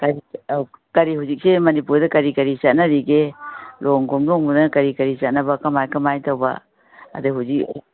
ꯀꯔꯤ ꯑꯧ ꯀꯔꯤ ꯍꯧꯖꯤꯛꯀꯤ ꯃꯅꯤꯄꯨꯔꯗ ꯀꯔꯤ ꯀꯔꯤ ꯆꯠꯅꯔꯤꯒꯦ ꯂꯨꯍꯣꯡ ꯈꯣꯡꯗꯣꯡꯕꯅ ꯀꯔꯤ ꯀꯔꯤ ꯆꯠꯅꯕ ꯀꯃꯥꯏ ꯀꯃꯥꯏ ꯇꯧꯕ ꯑꯗꯩ ꯍꯧꯖꯤꯛ